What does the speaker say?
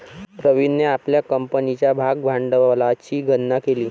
प्रवीणने आपल्या कंपनीच्या भागभांडवलाची गणना केली